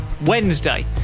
Wednesday